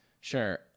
Sure